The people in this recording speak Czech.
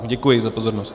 Děkuji za pozornost.